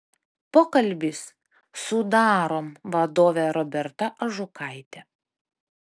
pokalbis su darom vadove roberta ažukaite